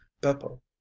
beppo